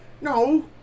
No